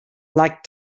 black